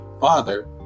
father